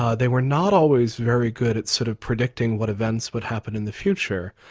ah they were not always very good at sort of predicting what events would happen in the future.